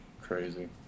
crazy